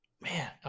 Man